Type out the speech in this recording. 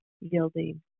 yielding